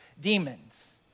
demons